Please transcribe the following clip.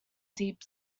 deep